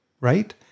right